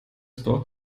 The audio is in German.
braucht